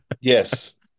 Yes